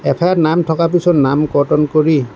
এফেয়াৰত নাম থকাৰ পিছত নাম কৰ্তন কৰি